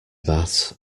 that